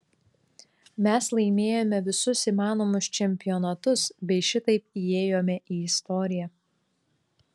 mes laimėjome visus įmanomus čempionatus bei šitaip įėjome į istoriją